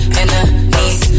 enemies